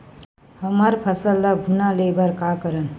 हमर फसल ल घुना ले बर का करन?